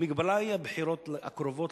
ההגבלה היא הבחירות הקרובות,